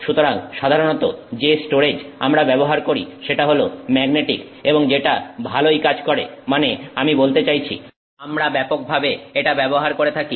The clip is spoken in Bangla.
সুতরাং সাধারণত যে স্টোরেজ আমরা ব্যবহার করি সেটা হল ম্যাগনেটিক এবং যেটা ভালোই কাজ করে মানে আমি বলতে চাইছি আমরা ব্যাপকভাবে এটা ব্যবহার করে থাকি